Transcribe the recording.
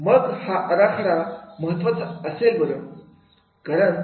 महा आराखडा का महत्वाचा असेल बरं